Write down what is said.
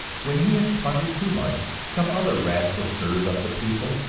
when he has plundered too much, some other rascal stirs up the people,